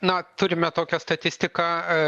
na turime tokią statistiką